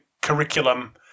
curriculum